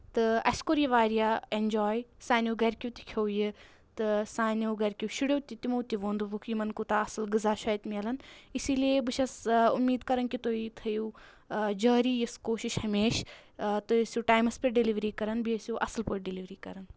تہٕ اَسہِ کوٚر یہِ واریاہ اؠنجاے سانیو گَرِکیو تہِ کھیو یہِ تہٕ سانیو گَرِکیو شُریو تہِ تِمو تہِ ووٚن دوٚپُکھ یِمَن کوٗتاہ اَصٕل غزاہ چھُ اَتہِ مِلان اِسی لیے بہٕ چھَس اُمیٖد کَران کہِ تُہۍ تھٲیِو جٲری یِژھ کوٗشِش ہمیشہٕ تُہۍ ٲسِو ٹایمَس پؠٹھ ڈیٚلِوری کَران بیٚیہِ ٲسِو اَصٕل پٲٹھۍ ڈیٚلِوری کَران